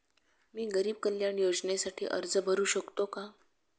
मी गरीब कल्याण योजनेसाठी अर्ज भरू शकतो का?